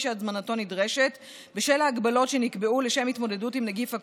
שהזמנתו נדרשת בשל ההגבלות שנקבעו לשם התמודדות עם נגיף הקורונה,